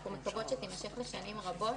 שאנחנו מקוות שתימשך שנים רבות,